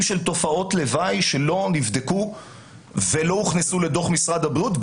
של תופעות לוואי שלא נבדקו ולא הוכנסו לדוח משרד הבריאות,